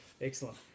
Excellent